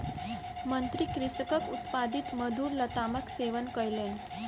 मंत्री कृषकक उत्पादित मधुर लतामक सेवन कयलैन